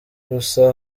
gusa